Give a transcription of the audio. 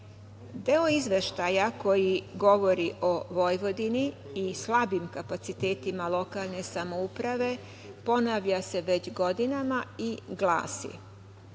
Izveštaja koji govori o Vojvodini i slabim kapacitetima lokalne samouprave ponavlja se već godinama i glasi